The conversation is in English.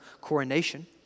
coronation